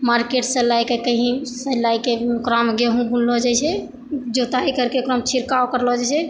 मार्केटसँ लाइके कहीँसँ लाइके ओकरामे गेहूँ बुनलऽ जाइ छै जोताइ करिकऽ ओकरामे छिड़काव करलऽ जाइ छै